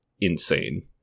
insane